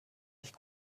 sich